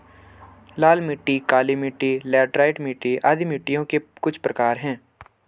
लाल मिट्टी, काली मिटटी, लैटराइट मिट्टी आदि मिट्टियों के कुछ प्रकार है